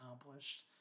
accomplished